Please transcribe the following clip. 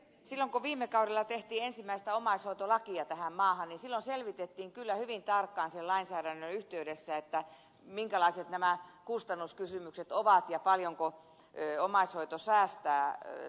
silloin kun viime kaudella tehtiin ensimmäistä omaishoitolakia tähän maahan silloin selvitettiin kyllä hyvin tarkkaan sen lainsäädännön yhteydessä minkälaiset nämä kustannuskysymykset ovat ja paljonko omais hoito säästää varoja